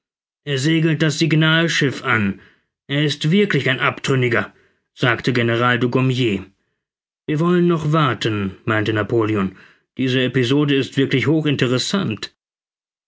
er segelt das signalschiff an er ist wirklich ein abtrünniger sagte general dugommier wir wollen noch warten meinte napoleon diese episode ist wirklich hochinteressant